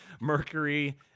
Mercury